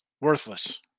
Worthless